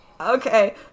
Okay